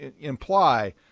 imply